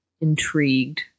intrigued